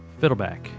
Fiddleback